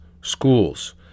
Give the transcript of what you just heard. schools